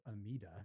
Amida